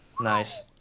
nice